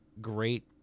great